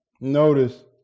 Notice